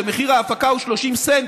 ששם מחיר ההפקה הוא 30 סנט,